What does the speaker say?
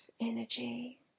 energy